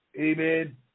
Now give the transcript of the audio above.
Amen